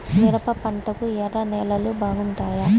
మిరప పంటకు ఎర్ర నేలలు బాగుంటాయా?